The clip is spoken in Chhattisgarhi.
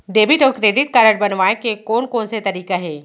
डेबिट अऊ क्रेडिट कारड बनवाए के कोन कोन से तरीका हे?